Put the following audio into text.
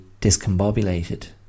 discombobulated